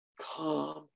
calm